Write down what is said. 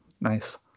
Nice